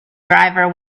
driver